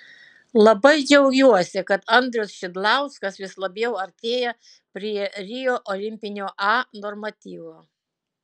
labai džiaugiuosi kad andrius šidlauskas vis labiau artėja prie rio olimpinio a normatyvo